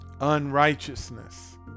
Unrighteousness